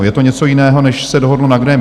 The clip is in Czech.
Je to něco jiného, než se dohodlo na grémiu.